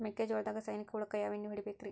ಮೆಕ್ಕಿಜೋಳದಾಗ ಸೈನಿಕ ಹುಳಕ್ಕ ಯಾವ ಎಣ್ಣಿ ಹೊಡಿಬೇಕ್ರೇ?